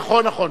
נכון, נכון.